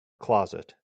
closet